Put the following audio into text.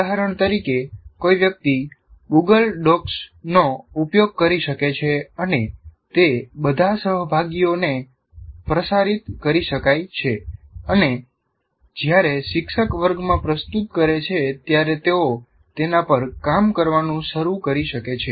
ઉદાહરણ તરીકે કોઈ વ્યક્તિ ગુગલ ડોક્સ નો ઉપયોગ કરી શકે છે અને તે બધા સહભાગીઓને પ્રસારિત કરી શકાય છે અને જ્યારે શિક્ષક વર્ગમાં પ્રસ્તુત કરે છે ત્યારે તેઓ તેના પર કામ કરવાનું શરૂ કરી શકે છે